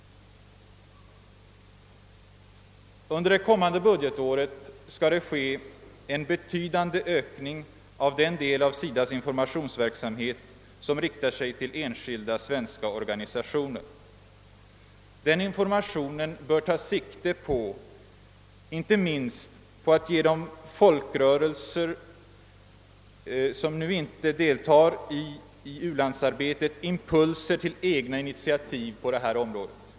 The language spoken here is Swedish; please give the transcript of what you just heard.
Under det kommande budgetåret skall det ske en betydande ökning av den del av SIDA:s informationsverksamhet som riktar sig till enskilda svenska organisationer. Den informationen bör inte minst ta sikte på att ge de folkrörelser, som nu inte deltar i u-landsarbetet, impulser till egna initiativ på detta område.